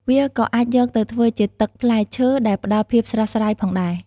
វាក៏អាចយកទៅធ្វើជាទឹកផ្លែឈើ ដែលផ្តល់ភាពស្រស់ស្រាយផងដែរ។